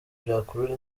byakurura